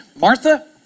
Martha